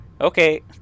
okay